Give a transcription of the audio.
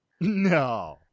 No